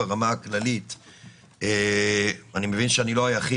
ואני מבין שאני לא היחיד,